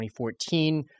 2014